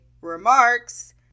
remarks